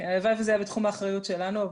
הלוואי וזה היה בתחום האחריות שלנו,